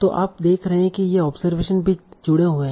तो आप देख रहे हैं कि ये ऑब्जरवेशन भी जुड़े हुए हैं